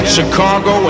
Chicago